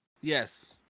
Yes